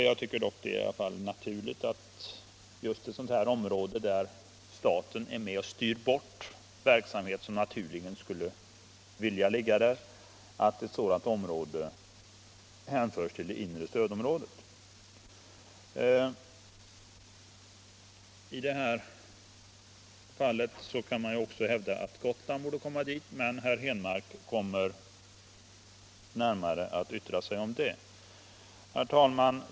Jag tycker dock att det är naturligt att just ett sådant område, från vilket staten styr bort verksamhet som skulle vilja ligga där, hänförs till det inre stödområdet. I det här fallet kan man också hävda att motsvarande yrkande bör gälla Gotland, och det kommer herr Henmark att närmare yttra sig om. Herr talman!